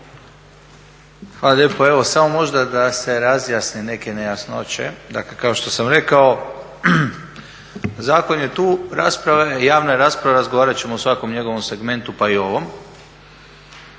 Hvala lijepo. Evo samo možda da se razjasne neke nejasnoće. Dakle, kao što sam rekao zakon je tu, javna je rasprava i razgovarat ćemo o svakom njegovom segmentu pa i ovom.